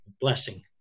blessing